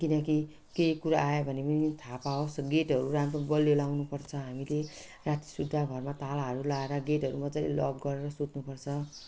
किनकि केही कुरो आयो भने पनि थाहा पाओस् गेटहरू राम्रो बलियो लाउनुपर्छ हामीले राति सुत्दा घरमा तालाहरू लाएर गेटहरू मज्जाले लक गरेर सुत्नुपर्छ